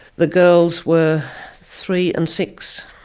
the girls were three and six.